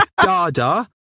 dada